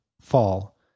fall